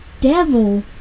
devil